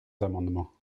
amendements